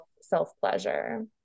self-pleasure